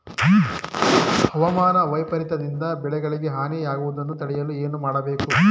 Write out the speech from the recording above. ಹವಾಮಾನ ವೈಪರಿತ್ಯ ದಿಂದ ಬೆಳೆಗಳಿಗೆ ಹಾನಿ ಯಾಗುವುದನ್ನು ತಡೆಯಲು ಏನು ಮಾಡಬೇಕು?